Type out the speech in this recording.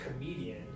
Comedian